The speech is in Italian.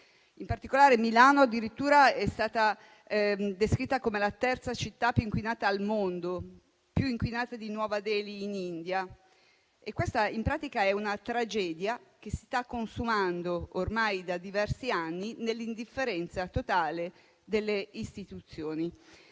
In particolare Milano è stata addirittura descritta come la terza città più inquinata al mondo, più inquinata di Nuova Delhi in India. Questa, in pratica, è una tragedia che si sta consumando ormai da diversi anni nell'indifferenza totale delle istituzioni.